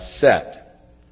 set